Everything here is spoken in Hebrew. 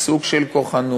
סוג של כוחנות,